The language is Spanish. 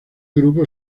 grupo